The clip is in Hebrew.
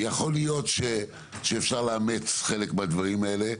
יכול להיות שאפשר לאמץ חלק מהדברים האלה.